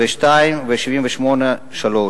ו-(2) ו-78(3).